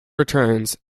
returns